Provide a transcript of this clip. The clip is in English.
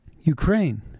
Ukraine